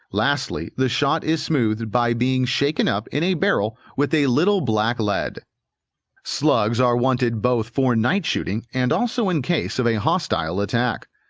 lastly, the shot is smoothed by being shaken up in a barrel with a little black-lead. slugs are wanted both for night-shooting and also in case of a hostile attack.